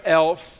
elf